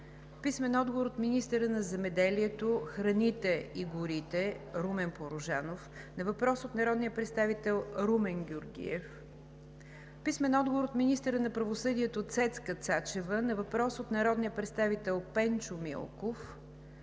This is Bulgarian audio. Румен Георгиев; - министъра на земеделието, храните и горите Румен Порожанов на въпрос от народния представител Румен Георгиев; - министъра на правосъдието Цецка Цачева на въпрос от народния представител Пенчо Милков;